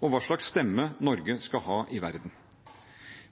og hva slags stemme Norge skal ha i verden.